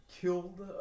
killed